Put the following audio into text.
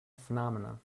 phenomenon